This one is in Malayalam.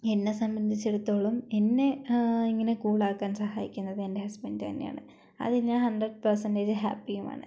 എന്നെ സംബന്ധിച്ചെടുത്തോളം എന്നെ ഇങ്ങനെ കൂളാക്കാൻ സഹായിക്കുന്നത് എൻ്റെ ഹസ്ബന്റ് തന്നെയാണ് അതിൽ ഞാൻ ഹൺഡ്രഡ് പെർസൻ്റേജ് ഹാപ്പിയുമാണ്